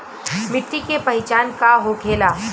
मिट्टी के पहचान का होखे ला?